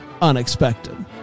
Unexpected